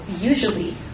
usually